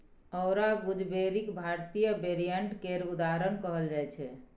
औरा गुजबेरीक भारतीय वेरिएंट केर उदाहरण कहल जाइ छै